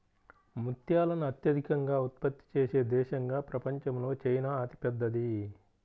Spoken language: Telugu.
ముత్యాలను అత్యధికంగా ఉత్పత్తి చేసే దేశంగా ప్రపంచంలో చైనా అతిపెద్దది